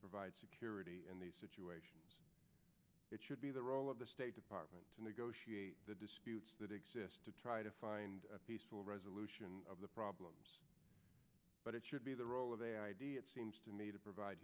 provide security in these situations it should be the role of the state department to negotiate the disputes that exist to try to find a peaceful resolution of the problem but it should be the role of a id it seems to me to provide